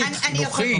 חינוכית,